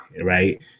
right